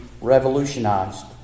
revolutionized